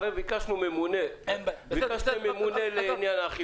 הרי ביקשנו ממונה לעניין האכיפה.